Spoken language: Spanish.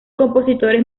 compositores